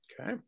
Okay